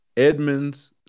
Edmonds